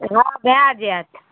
हँ भऽ जायत